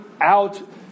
out